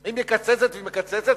היא מקצצת והיא מקצצת.